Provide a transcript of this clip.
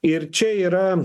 ir čia yra